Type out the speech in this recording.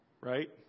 Right